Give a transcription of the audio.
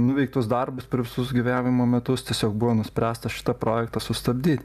nuveiktus darbus per visus gyvenimo metus tiesiog buvo nuspręsta šitą projektą sustabdyt